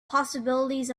possibilities